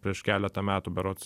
prieš keletą metų berods